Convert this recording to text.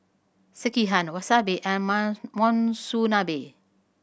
Sekihan Wasabi and Monsunabe